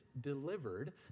delivered